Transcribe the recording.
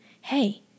hey